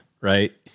Right